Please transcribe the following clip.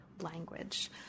language